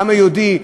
העם היהודי,